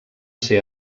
ser